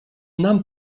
nam